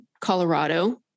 Colorado